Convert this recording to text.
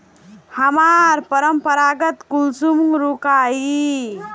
हमार पोरपरागण कुंसम रोकीई?